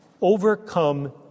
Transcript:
Overcome